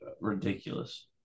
ridiculous